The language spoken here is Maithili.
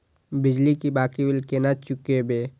बिजली की बाकी बील केना चूकेबे?